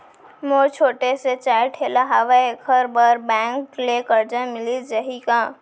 मोर छोटे से चाय ठेला हावे एखर बर बैंक ले करजा मिलिस जाही का?